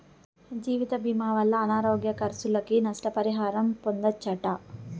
జీవితభీమా వల్ల అనారోగ్య కర్సులకి, నష్ట పరిహారం పొందచ్చట